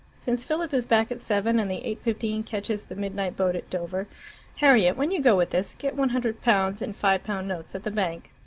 since philip is back at seven, and the eight-fifteen catches the midnight boat at dover harriet, when you go with this, get one hundred pounds in five pound notes at the bank.